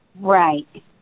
Right